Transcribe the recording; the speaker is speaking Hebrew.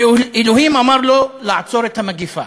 שאלוהים אמר לו לעצור את המגפה